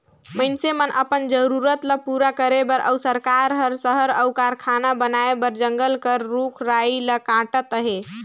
मइनसे मन अपन जरूरत ल पूरा करे बर अउ सरकार हर सहर अउ कारखाना बनाए बर जंगल कर रूख राई ल काटत अहे